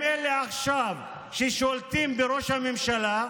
הם אלה שעכשיו שולטים בראש הממשלה.